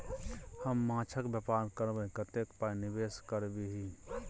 हम माछक बेपार करबै कतेक पाय निवेश करबिही?